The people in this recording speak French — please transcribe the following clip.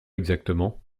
exactement